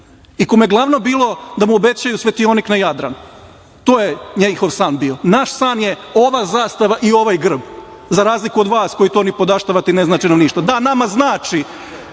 i kome je glavno bilo da mu obećaju svetionik na Jadranu. To je njihov san bio. Naš san je ova zastava i ovaj grb, za razliku od vas koji to nipodaštavate i ne znači vam ništa. Da, nama znači